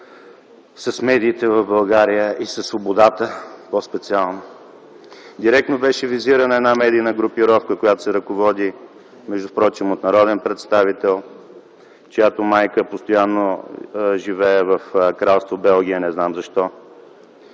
с медиите в България и със свободата, по-специално. Директно беше визирана една медийна групировка, която се ръководи, между другото, от народен представител, чиято майка постоянно живее в Кралство Белгия, не знам защо.